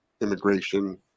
immigration